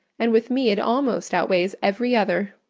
and with me it almost outweighs every other.